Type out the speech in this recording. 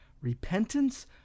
Repentance